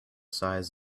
size